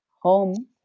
Home